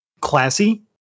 classy